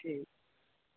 ठीक